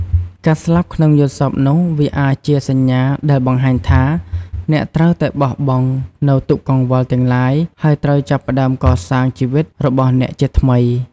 ការស្លាប់ក្នុងយល់សប្តិនោះ វាអាចជាសញ្ញាដែលបង្ហាញថា អ្នកត្រូវតែបោះបង់នូវទុក្ខកង្វល់ទាំងឡាយ ហើយត្រូវចាប់ផ្តើមកសាងជីវិត របស់អ្នកជាថ្មី។